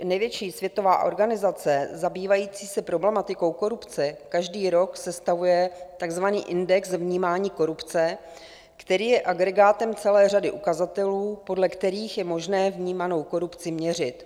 Největší světová organizace zabývající se problematikou korupce každý rok sestavuje takzvaný index vnímání korupce, který je agregátem celé řady ukazatelů, podle kterých je možné vnímanou korupci měřit.